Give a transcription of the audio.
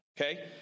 Okay